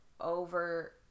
over